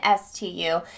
STU